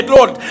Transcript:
Lord